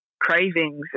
cravings